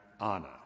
Anna